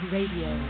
Radio